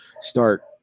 start